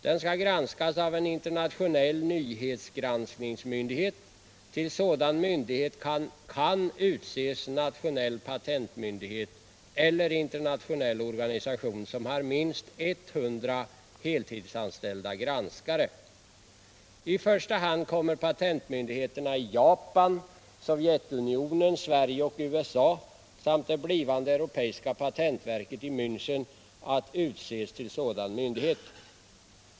Den skall granskas av en internationell nyhetsgranskningsmyndighet. Till sådan myndighet kan utses nationell patentmyndighet eller internationell organisation, som har minst 100 heltidsanställda granskare. I första hand kommer patentmyndigheterna i Japan, Sovjetunionen, Sverige och USA samt det blivande europeiska patentverket i Miänchen att utses till sådan myndighet.